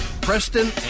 Preston